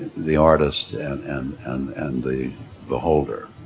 the artist and and and and the beholder